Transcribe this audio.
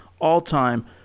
all-time